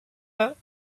never